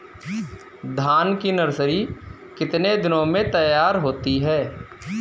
धान की नर्सरी कितने दिनों में तैयार होती है?